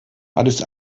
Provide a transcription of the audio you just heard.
addis